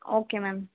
okay ma'am